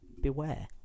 beware